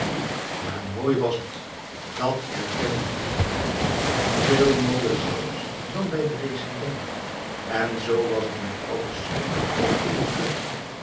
maar mooi was het dat erkende iedereen veel mooier zelfs dan bij de resident en zo was het met alles tot in de keuken